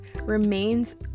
remains